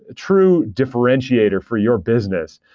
ah true differentiator for your business,